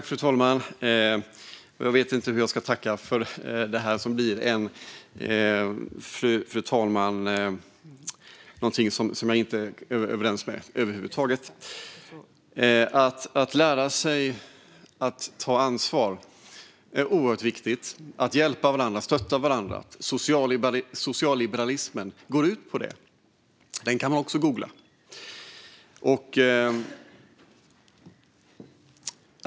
Fru talman! Jag vet inte hur jag ska tacka för någonting som jag inte är överens med Momodou Malcolm Jallow om över huvud taget. Att lära sig att ta ansvar är oerhört viktigt. Socialliberalismen går ut på att hjälpa varandra och att stötta varandra. Det kan man också googla på.